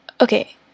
okay